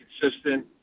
consistent